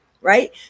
Right